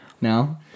no